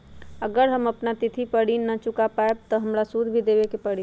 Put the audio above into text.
अगर हम अपना तिथि पर ऋण न चुका पायेबे त हमरा सूद भी देबे के परि?